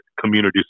community